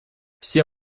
все